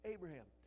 Abraham